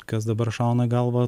kas dabar šauna į galvą